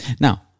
Now